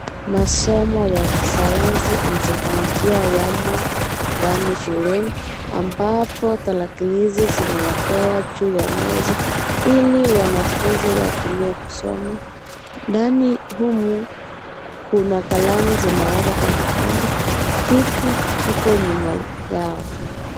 Masomo ya kisayansi na teknolojia yamo ndani shuleni, ambapo tarakilishi zimewekewa juu ya meza, ili wanafunzi watumie kusoma. Ndani humu, kuna kalamu zimewekwa kwa kikombe. Kiti kiko nyuma yao.